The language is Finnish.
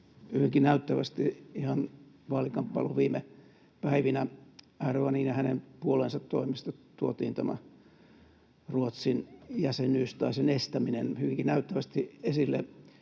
siellä ihan vaalikamppailun viime päivinä Erdoǧanin ja hänen puolueensa toimesta tuotiin tämä Ruotsin jäsenyys tai sen estäminen hyvinkin näyttävästi esille.